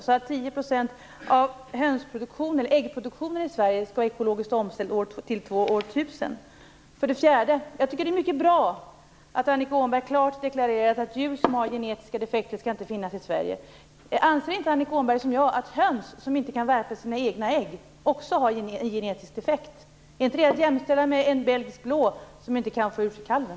Låt oss säga att 10 % av äggproduktionen i Sverige skall vara ekologiskt omställd till år 2000! För det fjärde. Jag tycker att det är mycket bra att Annika Åhnberg klart har deklarerat att djur som har genetiska defekter inte skall finnas i Sverige. Anser inte Annika Åhnberg som jag att höns som inte kan värpa sin egna ägg också har en genetisk defekt? Är det inte att jämställa med en belgisk blå som inte kan få ur sig kalven?